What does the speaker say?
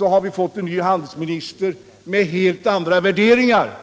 har vi fått en ny handelsminister med helt andra värderingar.